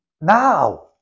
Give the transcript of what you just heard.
now